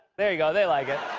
there you go. they like it.